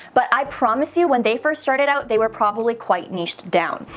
but i promise you when they first started out, they were probably quite niched down.